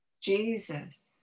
Jesus